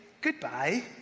goodbye